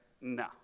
No